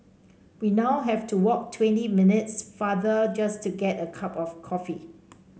we now have to walk twenty minutes farther just to get a cup of coffee